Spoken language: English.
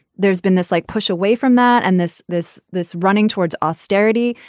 there's been this like push away from that. and this this this running towards austerity,